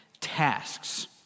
tasks